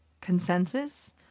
consensus